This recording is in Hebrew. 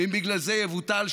ואם בגלל זה יבוטל,